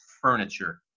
furniture